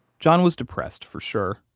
john was depressed, for sure,